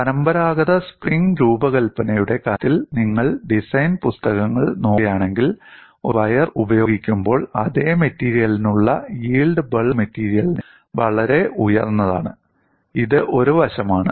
പരമ്പരാഗത സ്പ്രിംഗ് രൂപകൽപ്പനയുടെ കാര്യത്തിൽ നിങ്ങൾ ഡിസൈൻ പുസ്തകങ്ങൾ നോക്കുകയാണെങ്കിൽ ഒരു വയർ ഉപയോഗിക്കുമ്പോൾ അതേ മെറ്റീരിയലിനുള്ള യീൽഡ് ബൾക്ക് മെറ്റീരിയലിനേക്കാൾ വളരെ ഉയർന്നതാണ് ഇത് ഒരു വശമാണ്